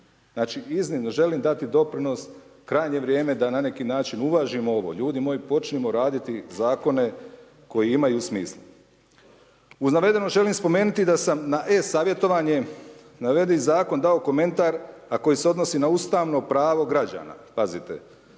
Znači iznimno želim dati doprinos, krajnje je vrijeme da na neki način uvažimo ovo, ljudi moji, počnimo raditi zakone koji imaju smisla. U navedenom želim spomenuti da sam na e-savjetovanje na navedeni zakon dao komentar a koji se odnosi na ustavno pravo građana. Pazite,